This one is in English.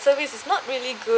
service is not really good